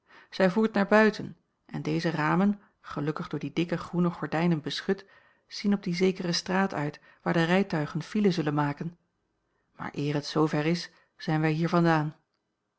zij voert naar buiten en deze ramen gelukkig door die dikke groene gordijnen beschut zien op die zekere straat uit waar de rijtuigen file zullen maken maar eer het zoover is zijn wij hier vandaan